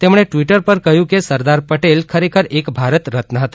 તેમણે ટ્વિટર પર કહ્યું કે સરદાર પટેલ ખરેખર એક ભારત રત્ન હતા